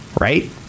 Right